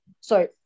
Sorry